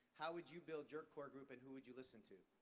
how would you build your core group and who would you listen to?